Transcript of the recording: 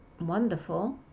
wonderful